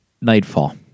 Nightfall